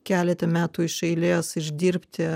keletą metų iš eilės išdirbti